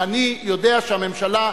ואני יודע שהממשלה,